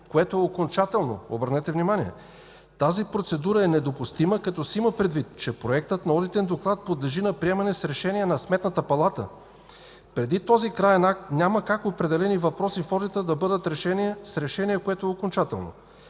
което е окончателно – обърнете внимание. Тази процедура е недопустима, като се има предвид, че проектът на одитен доклад подлежи на приемане с решение на Сметната палата. Преди този краен акт няма как определени въпроси в одита да бъдат с решение, което е окончателно.